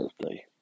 birthday